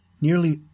nearly